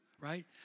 right